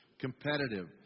Competitive